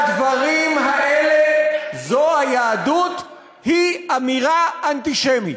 האמירה שהדברים האלה זו היהדות היא אמירה אנטישמית.